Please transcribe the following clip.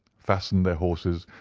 fastened their horses,